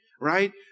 right